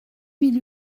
mille